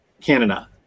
Canada